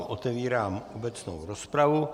Otevírám obecnou rozpravu.